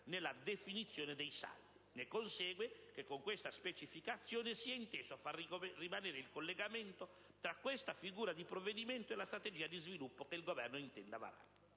nella definizione dei saldi. Ne consegue che con questa specificazione si è inteso far rimanere il collegamento tra questa figura di provvedimento e la strategia di sviluppo che il Governo intenda varare.